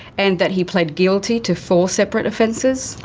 and that he pled guilty to four separate offenses.